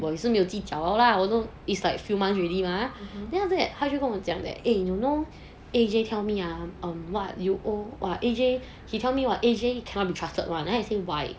我也是没有计较了 lah although it's like few months already mah then after that 他就跟我讲 that you know A_J tell me ah um what you oh he told me about A_J cannot be trusted [one] then I say why